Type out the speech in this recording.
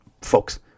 folks